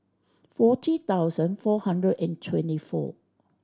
forty thousand four hundred and twenty four